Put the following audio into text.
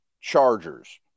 Chargers